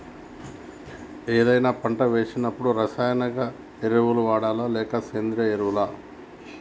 ఏదైనా పంట వేసినప్పుడు రసాయనిక ఎరువులు వాడాలా? లేక సేంద్రీయ ఎరవులా?